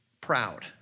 proud